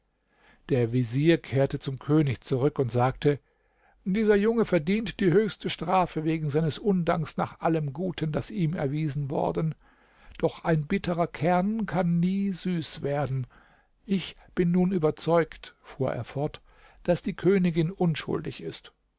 der vezier kehrte zum könig zurück und sagte dieser junge verdient die höchste strafe wegen seines undanks nach allem guten das ihm erwiesen worden doch ein bitterer kern kann nie süß werden ich bin nun überzeugt fuhr er fort daß die königin unschuldig ist